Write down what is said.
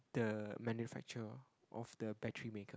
the manufacture of the battery maker